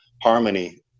harmony